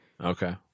Okay